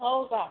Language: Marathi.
हो का